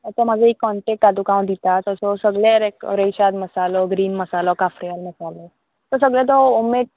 आतां म्हाजो एक कॉन्टेक्ट हा तुका हांव दिता तसो सगळें रे रेशाद मसालो ग्रीन मसालो काफ्रियाल मसालो तो सगळें तो होम मेड